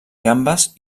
gambes